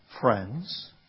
friends